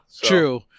True